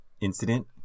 incident